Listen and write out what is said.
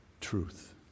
Truth